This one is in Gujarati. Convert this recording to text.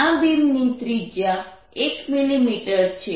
આ બીમની ત્રિજ્યા 1 મિલીમીટર છે